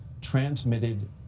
transmitted